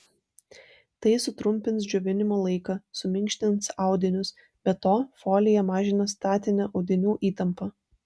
tai sutrumpins džiovinimo laiką suminkštins audinius be to folija mažina statinę audinių įtampą